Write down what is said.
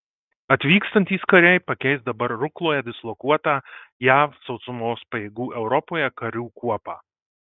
atvykstantys kariai pakeis dabar rukloje dislokuotą jav sausumos pajėgų europoje karių kuopą